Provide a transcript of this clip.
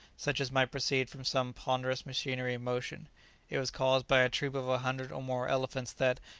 such as might proceed from some ponderous machinery in motion it was caused by a troop of a hundred or more elephants that,